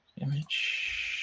image